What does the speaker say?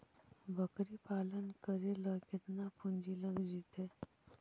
बकरी पालन करे ल केतना पुंजी लग जितै?